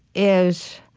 is,